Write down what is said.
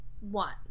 one